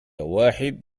واحد